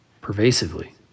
pervasively